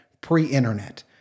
pre-internet